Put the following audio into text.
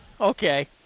okay